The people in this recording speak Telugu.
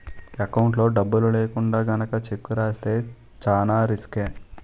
ఎకౌంట్లో డబ్బులు లేకుండా గనక చెక్కు రాస్తే చానా రిసుకే